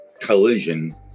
Collision